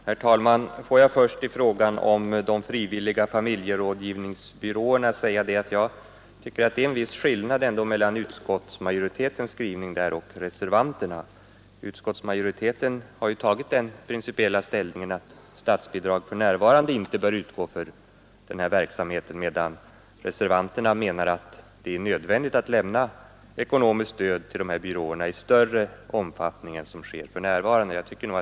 Herr talman! Får jag först säga att jag i frågan om de frivilliga familjerådgivningsbyråerna tycker att det är en viss skillnad mellan utskottsmajoritetens och reservanternas skrivning. Utskottsmajoriteten har ju tagit den ställningen att statsbidrag för närvarande inte bör utgå till samheten, medan reservanterna menar att det är nödvändigt att i omfattning än nu lämna ekonomiskt stöd till dessa byråer.